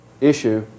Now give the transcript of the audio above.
issue